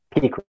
peak